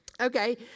Okay